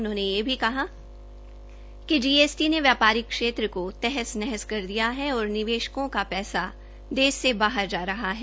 उन्होंने यह भी कहा कि जीएसटी ने व्यापारिक क्षेत्र का तहस नहस कर दिया है और निवेशकों का पैसा देश से बाहर जा रहा है